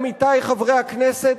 עמיתי חברי הכנסת,